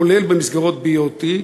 כולל במסגרות BOT,